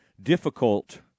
difficult –